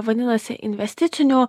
vadinasi investicinio